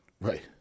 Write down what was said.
Right